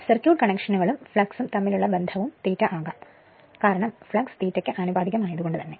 circuit കണക്ഷനുകളും flux തമ്മിലുള്ള ബന്ധവും ∅ ആകാം അല്ലെങ്കിൽ ഇത് ∅ ആകാം